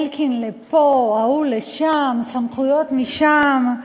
אלקין לפה, ההוא לשם, סמכויות משם.